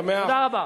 תודה רבה.